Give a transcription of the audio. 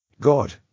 God